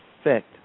effect